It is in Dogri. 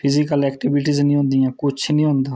फिज़कल ऐक्टिविटीज़ नीं होंदी